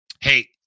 hey